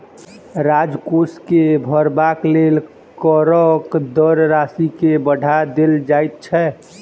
राजकोष के भरबाक लेल करक दर राशि के बढ़ा देल जाइत छै